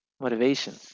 Motivation